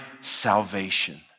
salvation